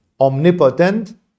omnipotent